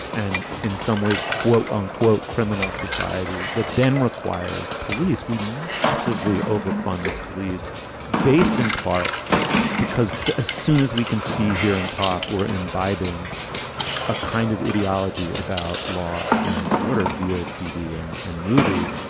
and in some ways, quote unquote, criminals society. that then requires police. we massively over fund the police based in part because as soon as we can see here and talk, we're imbibing a kind of ideology about law and order via tv and and movies.